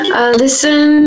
listen